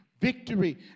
victory